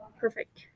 Perfect